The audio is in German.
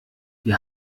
wir